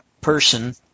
person